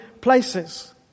places